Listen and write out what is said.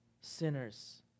sinners